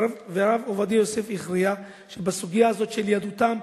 והרב עובדיה יוסף הכריע שבסוגיה הזאת של יהדותם,